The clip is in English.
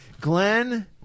Glenn